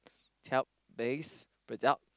talc base product